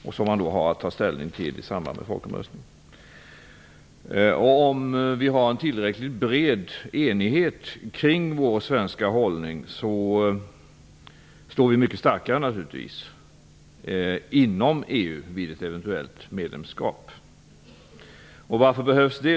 Om vi har en tillräckligt bred enighet kring vår svenska hållning står vi naturligtvis mycket starkare inom EU vid ett eventuellt medlemskap. Varför behövs då det?